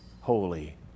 holy